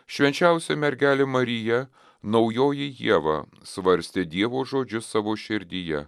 švenčiausia mergelė marija naujoji ieva svarstė dievo žodžius savo širdyje